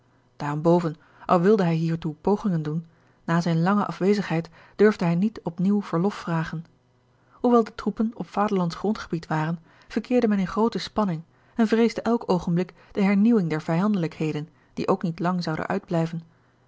daarenboven al wilde hij hiertoe pogingen doen na zijne lange afwezigheid durfde hij niet op nieuw verlof vragen hoewel de troepen op vaderlandsch grondgebied waren verkeerde men in groote spanning en vreesde elk oogenblik de hernieuwing der vijandelijkheden die ook niet lang zouden uitblijven